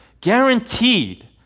guaranteed